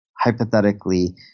hypothetically